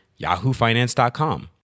yahoofinance.com